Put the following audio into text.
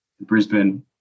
Brisbane